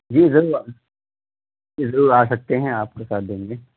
جی ضرور جی ضرور آ سکتے ہیں آپ کا ساتھ دیں گے